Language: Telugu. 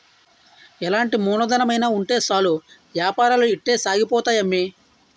ఎలాంటి మూలధనమైన ఉంటే సాలు ఏపారాలు ఇట్టే సాగిపోతాయి అమ్మి